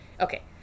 okay